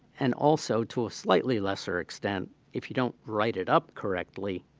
and also to a slightly lesser extent, if you don't write it up correctly,